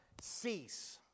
Cease